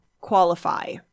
qualify